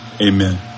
amen